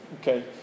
Okay